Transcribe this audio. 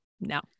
no